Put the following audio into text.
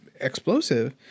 explosive